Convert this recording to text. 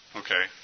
okay